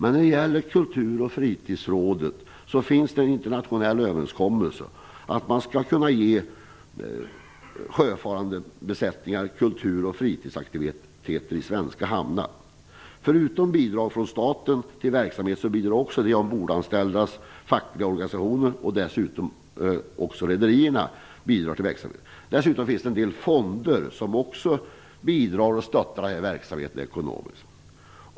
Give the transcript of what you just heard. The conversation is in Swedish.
När det gäller Kultur och fritidsrådet finns en internationell överenskommelse om att man skall kunna ge sjöfarande besättningar kultur och fritidsaktiviteter i svenska hamnar. Förutom bidrag från staten till verksamhet bidrar också de ombordanställdas fackliga organisationer och likaså rederierna till verksamheten. Dessutom finns det en del fonder, som också bidrar och stöttar verksamheten ekonomiskt.